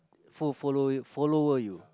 foll~ follow you follower you